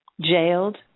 jailed